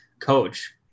coach